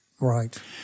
Right